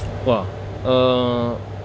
!wah! uh